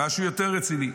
משהו יותר רציני,